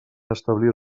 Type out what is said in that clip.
establir